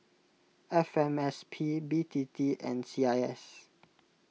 F M S P B T T and C I S